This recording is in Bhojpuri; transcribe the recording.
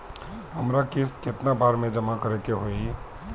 हमरा किस्त केतना बार में जमा करे के होई?